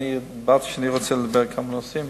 אמרתי שאני רוצה לדבר על כמה נושאים.